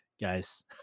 guys